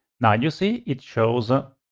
now you see it shows, ah